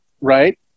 right